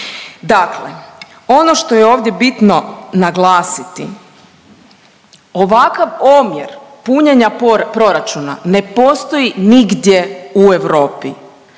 Dakle, ono što je ovdje bitno naglasiti, ovakav omjer punjenja proračuna ne postoji nigdje u Europi.